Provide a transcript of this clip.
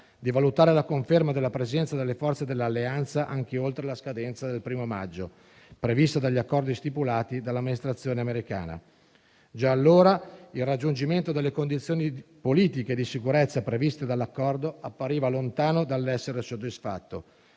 di valutare la conferma della presenza delle forze dell'Alleanza anche oltre alla scadenza del 1° maggio, prevista dagli accordi stipulati dall'amministrazione americana. Già allora, il raggiungimento delle condizioni politiche di sicurezza previste dall'accordo appariva lontano dall'essere soddisfatto,